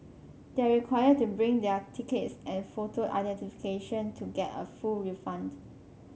they are required to bring their tickets and photo identification to get a full refund